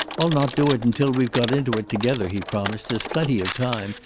i'll not do it until we've gone into it together, he promised. there's plenty of time.